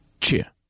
Cheer